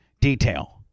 detail